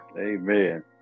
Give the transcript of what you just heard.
amen